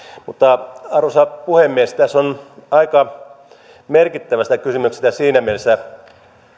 mutta arvoisa puhemies tässä on aika merkittävästä kysymyksestä siinä mielessä